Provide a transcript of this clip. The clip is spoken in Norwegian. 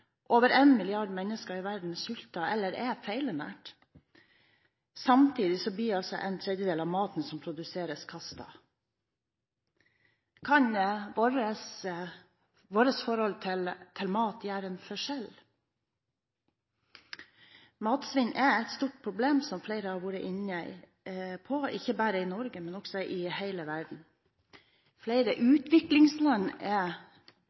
Over 1 mrd. mennesker i verden sulter eller er feilernært. Samtidig blir altså en tredjedel av maten som produseres, kastet. Kan vårt forhold til mat gjøre en forskjell? Matsvinn er et stort problem, som flere har vært inne på, ikke bare i Norge, men i hele verden. I flere utviklingsland er